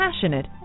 Passionate